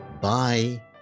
bye